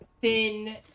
thin